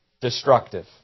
destructive